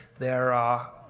there are.